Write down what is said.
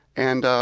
and